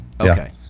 Okay